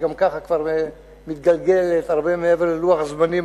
שגם ככה כבר מתגלגלת מעבר ללוח הזמנים